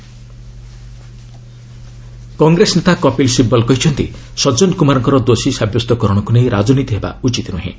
add Sajjan Kumar Congress ନେତା କପିଲ ସିବଲ କହିଛନ୍ତି ସଜ୍ଜନକୁମାରଙ୍କ ଦୋଷୀସାବ୍ୟସ୍ତକରଣକୁ ନେଇ ରାଜନୀତି ହେବା ଉଚିତ ନୁହେଁ